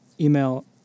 email